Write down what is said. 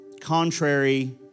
contrary